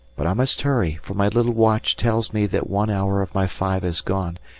but i must hurry, for my little watch tells me that one hour of my five has gone,